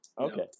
okay